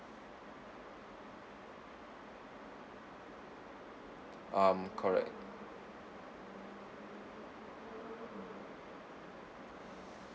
correct